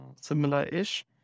similar-ish